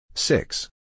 Six